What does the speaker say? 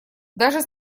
даже